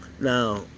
Now